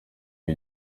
ubu